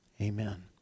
amen